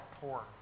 poor